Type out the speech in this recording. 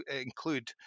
include